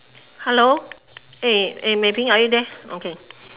hello eh eh Mei-Ping are you there okay